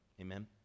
amen